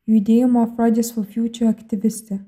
judėjimo fraidis of fjūčia aktyvistė